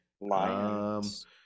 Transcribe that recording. Lions